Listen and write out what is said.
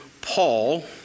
Paul